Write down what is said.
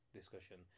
discussion